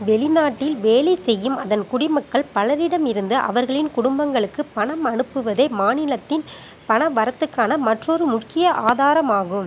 வெளிநாட்டில் வேலை செய்யும் அதன் குடிமக்கள் பலரிடமிருந்து அவர்களின் குடும்பங்களுக்கு பணம் அனுப்புவதே மாநிலத்தின் பண வரத்துக்கான மற்றொரு முக்கிய ஆதாரமாகும்